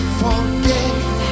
forget